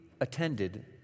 attended